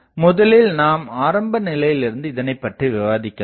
முதலில் நாம் ஆரம்ப நிலையிலிருந்து இதனைப்பற்றி விவாதிக்கலாம்